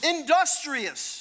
Industrious